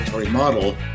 model